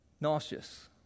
nauseous